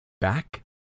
back